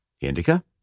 indica